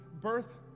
birth